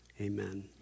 Amen